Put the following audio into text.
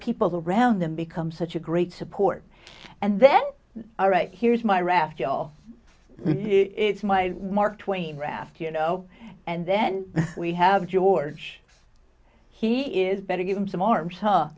peoples around them become such a great support and then all right here's my raft of it's my mark twain raft you know and then we have george he is better give him some arms